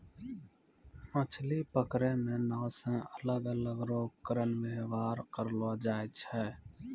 मछली पकड़ै मे नांव से अलग अलग रो उपकरण वेवहार करलो जाय छै